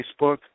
Facebook